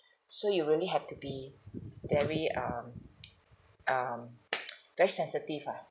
so you really have to be very um um very sensitive ah